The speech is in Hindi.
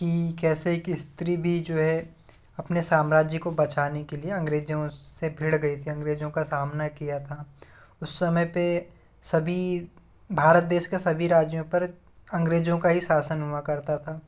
कि कैसे एक स्त्री भी जो है अपने साम्राज्य को बचाने के लिए अंग्रेजों से भीड़ गई थी अंग्रेजों का सामना किया था उस समय पे सभी भारत देश के सभी राज्यों पर अंग्रेजों का ही शासन हुआ करता था